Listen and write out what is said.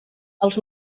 els